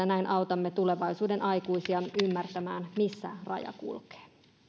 näin autamme tulevaisuuden aikuisia ymmärtämään missä raja kulkee